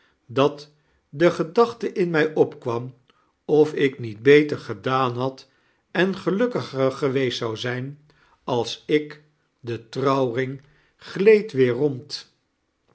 dat de gedachte iin mij opkwam of ik niet beter gedaan had en gelukkiger geweest zou zijtn als ik de trouwring gleed weer rond